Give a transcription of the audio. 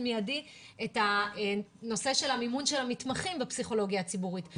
מיידי את הנושא של המימון של המתמחים בפסיכולוגיה הציבורית,